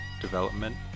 development